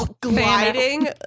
gliding